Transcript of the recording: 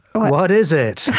what is it?